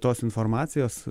tos informacijos